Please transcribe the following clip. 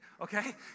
okay